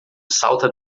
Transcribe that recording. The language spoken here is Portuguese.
salta